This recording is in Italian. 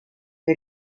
che